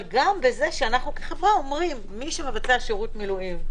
אבל גם בזה שאנו כחברה אומרים: מי שמבצע שירות מילואים,